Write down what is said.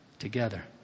together